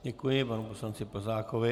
Děkuji panu poslanci Plzákovi.